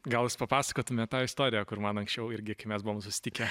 gal papasakotumėt tą istoriją kur man anksčiau irgi kai mes buvom susitikę